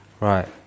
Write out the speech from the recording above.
Right